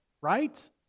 Right